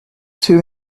two